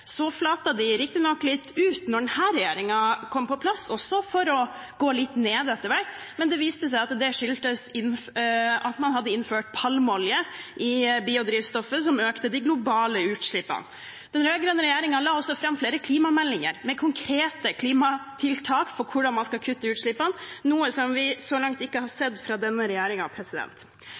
Så flatet de riktig nok litt ut da denne regjeringen kom på plass, for så etter hvert å gå litt ned. Men det viste seg at det skyldtes at man hadde innført palmeolje i biodrivstoffet, som økte de globale utslippene. Den rød-grønne regjeringen la også fram flere klimameldinger med konkrete klimatiltak for hvordan man skal kutte utslippene, noe vi så langt ikke har sett fra denne